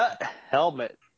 Helmet